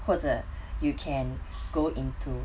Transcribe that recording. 或者 you can go into